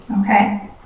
Okay